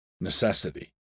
necessity